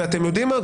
ואתם יודעים מה?